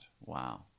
Wow